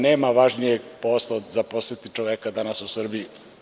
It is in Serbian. Nema važnijeg posla nego zaposliti čoveka danas u Srbiji.